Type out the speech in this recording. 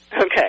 Okay